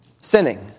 sinning